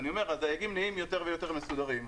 אני אומר, הדייגים נהיים יותר ויותר מסודרים.